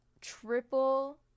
triple-